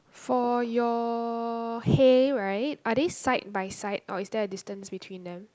for your hay right are they side by side or is there distance between them